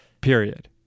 Period